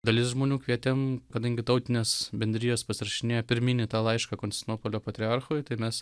dalis žmonių kvietėm kadangi tautinės bendrijos pasirašinėjo pirminį tą laišką konstantinopolio patriarchui tai mes